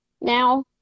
now